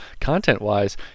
content-wise